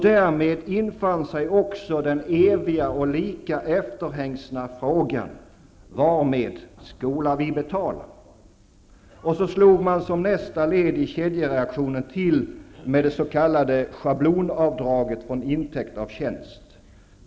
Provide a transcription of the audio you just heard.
Därmed infann sig också den eviga och lika efterhängsna frågan: Varmed skola vi betala? Och så slog man som nästa led i kedjereaktionen till mot det s.k. schablonavdraget från intäkt av tjänst.